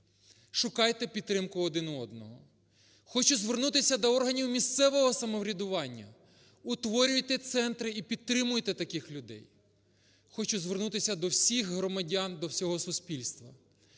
Шукайте підтримку один у одного. Хочу звернутися до органів місцевого самоврядування. Утворюйте центри і підтримуйте таких людей. Хочу звернутися до всіх громадян, до всього суспільства.